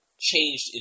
changed